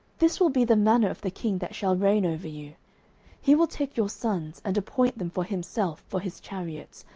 this will be the manner of the king that shall reign over you he will take your sons, and appoint them for himself, for his chariots,